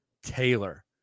Taylor